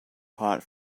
hot